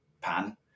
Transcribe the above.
pan